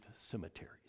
cemeteries